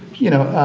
you know,